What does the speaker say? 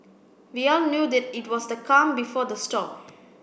we all knew that it was the calm before the storm